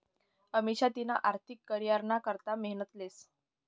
अमिषा तिना आर्थिक करीयरना करता मेहनत लेस